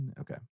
Okay